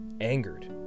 Angered